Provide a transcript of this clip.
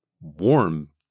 warm